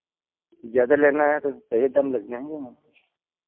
ज़्यादा लेना है तो सही दाम लग जाएंगे मैम